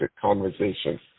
conversation